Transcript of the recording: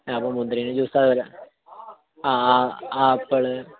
അപ്പം മുന്തിരിങ്ങ ജ്യൂസ് അതുപോലെ ആ ആ ആപ്പിൾ